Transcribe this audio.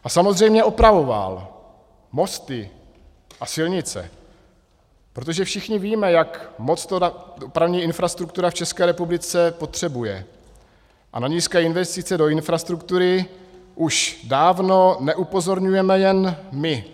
A samozřejmě opravoval mosty a silnice, protože všichni víme, jak moc to dopravní infrastruktura v České republice potřebuje, a na nízké investice do infrastruktury už dávno neupozorňujeme jen my.